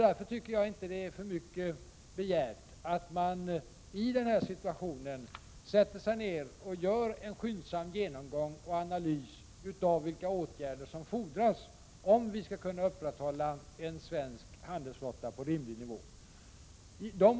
Det är därför inte för mycket begärt att man i denna situation sätter sig ner och gör en skyndsam genomgång och analys av vilka åtgärder som fordras, om vi skall kunna upprätthålla en svensk handelsflotta på rimlig nivå.